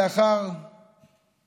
ככה לאחר שנים,